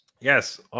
Yes